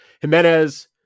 Jimenez